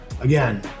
Again